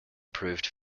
proved